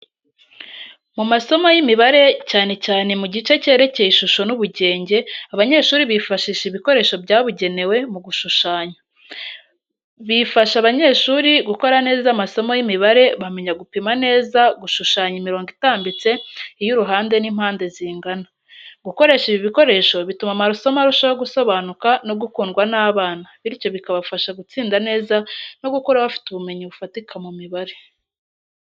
Mu masomo y’imibare, cyane cyane mu gice cyerekeye ishusho n’ubugenge, abanyeshuri bifashisha ibikoresho byabugenewe mu gushushanya. . Bifasha abanyeshuri gukora neza amasomo y’imibare, bamenya gupima neza, gushushanya imirongo itambitse, iy’uruhande n'impande zingana. Gukoresha ibi bikoresho bituma amasomo arushaho gusobanuka no gukundwa n’abana, bityo bikabafasha gutsinda neza no gukura bafite ubumenyi bufatika mu mibare.